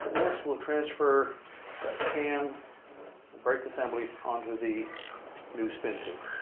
next, we'll transfer that cam brake assembly onto the new spin tube.